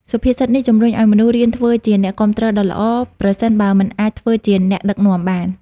សុភាសិតនេះជំរុញឱ្យមនុស្សរៀនធ្វើជាអ្នកគាំទ្រដ៏ល្អ ប្រសិនបើមិនអាចធ្វើជាអ្នកដឹកនាំបាន។